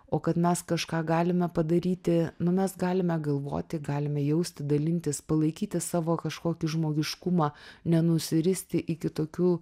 o kad mes kažką galime padaryti nu mes galime galvoti galime jausti dalintis palaikyti savo kažkokį žmogiškumą nenusiristi iki tokių